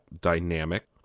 dynamic